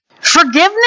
Forgiveness